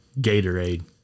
Gatorade